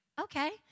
Okay